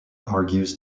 argues